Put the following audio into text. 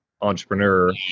entrepreneur